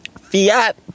fiat